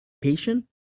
patient